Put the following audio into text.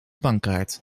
bankkaart